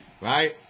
Right